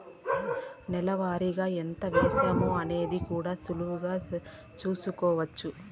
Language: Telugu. నెల వారిగా ఎంత వేశామో అనేది కూడా సులువుగా చూస్కోచ్చు